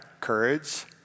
courage